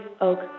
Oak